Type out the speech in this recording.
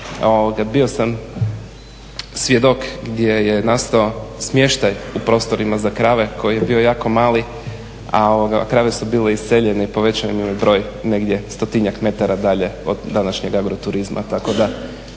bio sam svjedok gdje je nastao smještaj u prostorima za krave koji je bio jako mali, a krave su bile iseljene i povećan im je broj negdje stotinjak metara dalje od današnjeg agroturizma